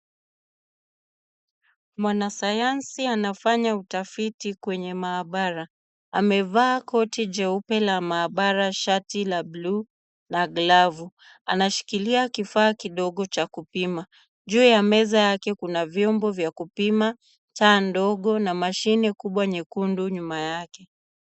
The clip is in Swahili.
Mwanasayansi anafanya utafiti kwenye maabara. Amevaa koti jeupe la maabara, shati la blue na glavu. Anashikilia kifaa kidogo cha kupima. Juu ya meza yake kuna vyombo vya kupima, taa ndogo na mashini kubwa nyekundu nyuma yake.